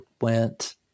went